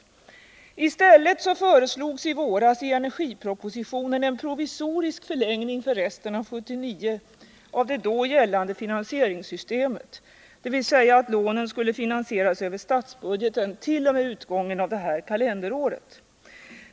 I stället föreslogs i våras i energipropositionen en provisorisk förlängning för resten av 1979 av det då gällande finansieringssystemet, dvs. att energisparlånen skulle finansieras över statsbudgeten t.o.m. utgången av detta kalenderår.